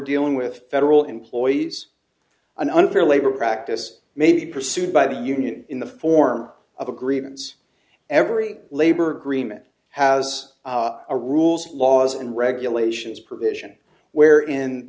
dealing with federal employees an unfair labor practice may be pursued by the union in the form of agreements every labor grima it has a rules laws and regulations provision where in